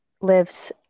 lives